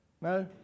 No